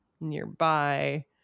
nearby